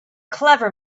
clever